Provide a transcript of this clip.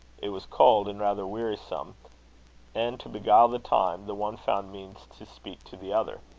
it was cold, and rather wearisome and, to beguile the time, the one found means to speak to the other.